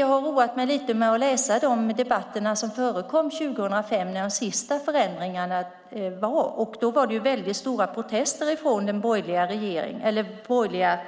Jag har roat mig med att läsa lite om de debatter som förekom 2005 när de senaste förändringarna gjordes. Då var det väldigt stora protester från de borgerliga